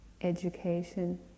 education